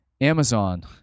Amazon